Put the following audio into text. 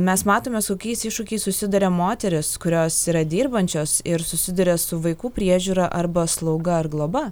mes matome su kokiais iššūkiais susiduria moterys kurios yra dirbančios ir susiduria su vaikų priežiūra arba slauga ar globa